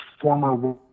former